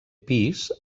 pis